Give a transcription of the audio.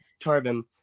Tarvin